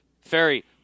Ferry